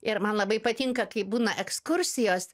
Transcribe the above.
ir man labai patinka kai būna ekskursijos